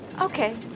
Okay